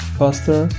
faster